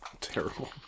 terrible